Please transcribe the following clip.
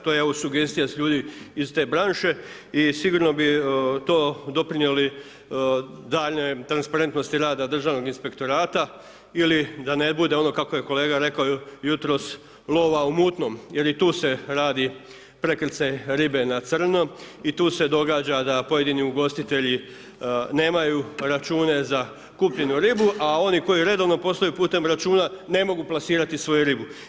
To je sugestija s ljudi iz te branše i sigurno bi to doprinijelo daljnjoj transparentnosti rada državnog inspektorata ili da ne bude ono kako je kolega rekao, jutros lova u mutnom, jer i tu se radi prekrcaj ribe na crno i tu se događa da pojedini ugostitelji nemaju račune za kupljenu ribu, a oni koji redovno postaju putem računa, ne mogu plasirati svoju ribu.